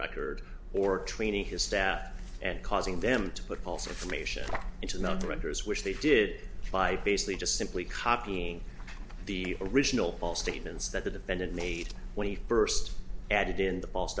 record or training his staff and causing them to put false information into the renter's which they did by basically just simply copying the original false statements that the defendant made when he first added in the